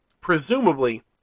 presumably